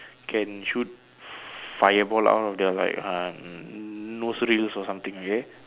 can shoot fireball out of their like uh nostrils or something okay